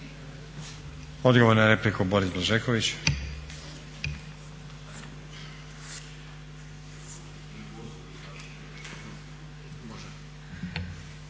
Odgovor na repliku Boris Blažeković.